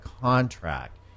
contract